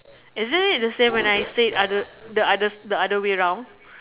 is it the same when I said other the other the other way round